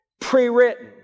pre-written